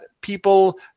people –